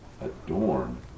adorn